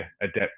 adapt